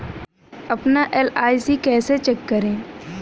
अपना एल.आई.सी कैसे चेक करें?